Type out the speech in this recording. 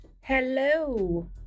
hello